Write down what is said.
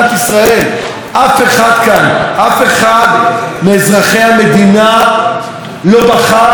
אף אחד מאזרחי המדינה לא בחר את ראש הממשלה באופן אישי.